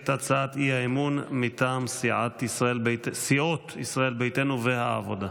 הצעת האי-אמון מטעם סיעות ישראל ביתנו והעבודה.